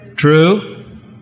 True